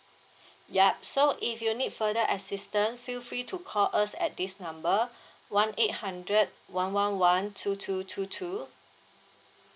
yup so if you need further assistant feel free to call us at this number one eight hundred one one one two two two two